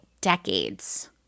decades